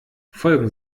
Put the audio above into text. folgen